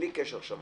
בלי קשר עכשיו,